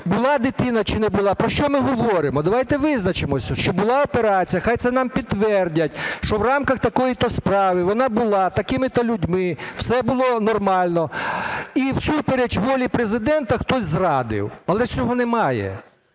була дитина чи не була, про що ми говоримо? Давайте визначимося, що була операція, хай це нам підтвердять, що в рамках такої-то справи вона була, такими-то людьми, все було нормально, і всупереч волі Президента хтось зрадив. Але цього немає.